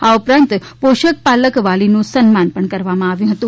આ ઉપરાંત પોષક પાલક વાલીનું સન્માન કરવામાં આવ્યું હતું